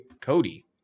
Cody